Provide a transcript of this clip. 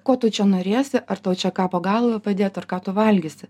ko tu čia norėsi ar tau čia ką po galva padėt ar ką tu valgysi